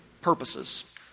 purposes